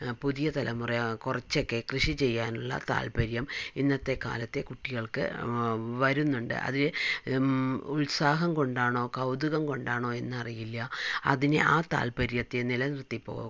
പുതിയ തലമുറ കുറച്ചൊക്കെ കൃഷി ചെയ്യാനുള്ള താത്പര്യം ഇന്നത്തെക്കാലത്തെ കുട്ടികൾക്ക് വാ വരുന്നുണ്ട് അത് ഉത്സാഹം കൊണ്ട് ആണോ കൗതുകം കൊണ്ടാണോ എന്നറിയില്ല അതിനെ ആ താത്പര്യത്തെ നിലനിർത്തി പോകും